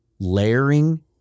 layering